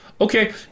Okay